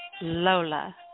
Lola